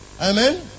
Amen